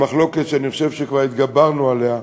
למחלוקת שאני חושב שכבר התגברנו עליה,